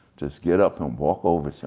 just get up and walk over to her,